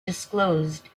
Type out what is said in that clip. disclosed